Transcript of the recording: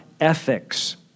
ethics